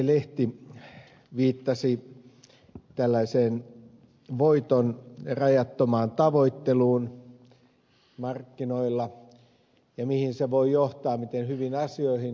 lehti viittasi tällaiseen voiton rajattomaan tavoitteluun markkinoilla ja mihin se voi johtaa miten hyviin asioihin